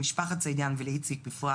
למשפחת סעידיאן ולאיציק בפרט